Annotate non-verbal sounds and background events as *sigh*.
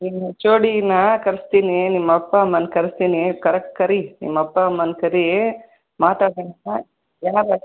ನಿನ್ನ H O ಡಿನಾ ಕರೆಸ್ತೀನೀ ನಿಮ್ಮ ಅಪ್ಪ ಅಮ್ಮನ್ನ ಕರೆಸ್ತೀನೀ ಕರೆಕ್ಟ್ ಕರಿ ನಿಮ್ಮ ಅಪ್ಪ ಅಮ್ಮನ್ನ ಕರೀ ಮಾತಾಡೋಣ *unintelligible*